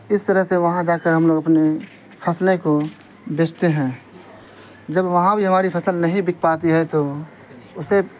اس طرح سے وہاں جا کر ہم لوگ اپنی فصلیں کو بیچتے ہیں جب وہاں بھی ہماری فصل نہیں بک پاتی ہے تو اسے